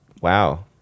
Wow